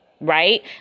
right